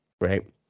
right